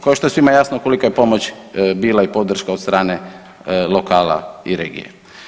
Kao što je svima jasno kolika je pomoć bila i podrška od strane lokala i regije.